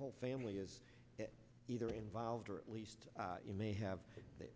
whole family is either involved or at least you may have